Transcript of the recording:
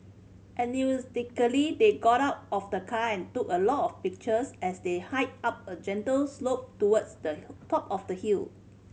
enthusiastically they got out of the car and took a lot of pictures as they hiked up a gentle slope towards the top of the hill